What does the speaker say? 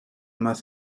más